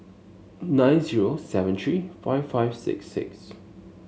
nine zero seven three five five six six